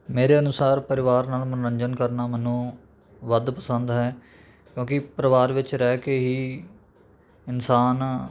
ਮੇਰੇ ਅਨੁਸਾਰ ਪਰਿਵਾਰ ਨਾਲ ਮਨੋਰੰਜਨ ਕਰਨਾ ਮੈਨੂੰ ਵੱਧ ਪਸੰਦ ਹੈ ਕਿਉਂਕਿ ਪਰਿਵਾਰ ਵਿੱਚ ਰਹਿ ਕੇ ਹੀ ਇਨਸਾਨ